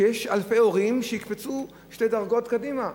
ויש אלפי הורים שיקפצו שתי דרגות קדימה,